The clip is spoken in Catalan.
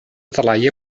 talaia